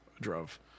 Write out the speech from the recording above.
drove